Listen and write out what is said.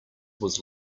was